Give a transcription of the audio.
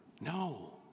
No